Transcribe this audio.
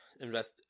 invest